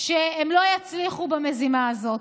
שהם לא יצליחו במזימה הזאת.